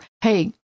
hey